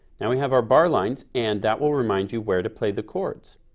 now we have our bar lines and that will remind you where to play the chords.